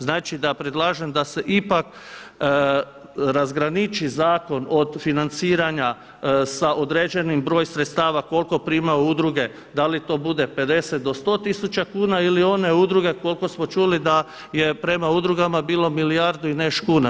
Znači da predlažem da se ipak razgraniči zakon od financiranja sa određenim broj sredstava koliko primaju udruge, da li to bude 50 do 100 tisuća kuna ili one udruge koliko smo čuli da je prema udrugama bilo milijardu i nešto kuna.